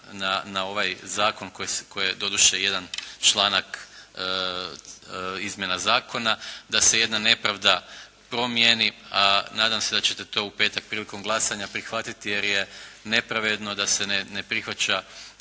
na ovaj zakon koji je doduše jedan članak izmjena zakona da se jedna nepravda promjeni, a nadam se ćete to u petak prilikom glasanja prihvatiti jer je nepravedno da se ne prihvaća